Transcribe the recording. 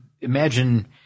imagine